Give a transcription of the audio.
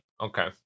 Okay